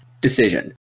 decision